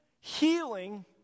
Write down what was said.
healing